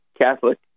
Catholic